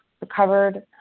recovered